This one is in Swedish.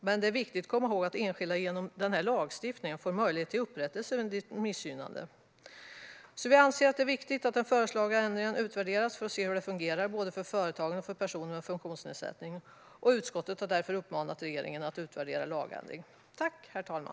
Men det är viktigt att komma ihåg att enskilda genom denna lagstiftning får möjlighet till upprättelse vid ett missgynnande. Vi anser det är viktigt att den föreslagna ändringen utvärderas för att se hur den fungerar, både för företagen och för personer med funktionsnedsättning. Utskottet har därför uppmanat regeringen att utvärdera lagändringen.